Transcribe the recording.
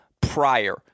prior